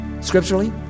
scripturally